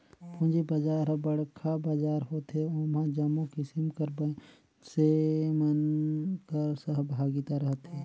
पूंजी बजार हर बड़खा बजार होथे ओम्हां जम्मो किसिम कर मइनसे मन कर सहभागिता रहथे